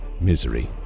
misery